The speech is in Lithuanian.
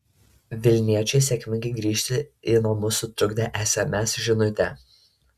vilniečiui sėkmingai grįžti į namus sutrukdė sms žinutė